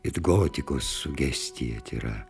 it gotikos sugestija tyra